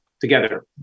together